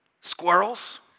squirrels